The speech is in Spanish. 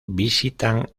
visitan